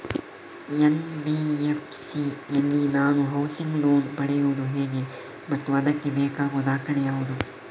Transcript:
NBFC ಯಲ್ಲಿ ನಾನು housing loan ಪಡೆಯುದು ಹೇಗೆ ಮತ್ತು ಅದಕ್ಕೆ ಬೇಕಾಗುವ ದಾಖಲೆ ಯಾವುದು?